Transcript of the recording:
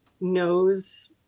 knows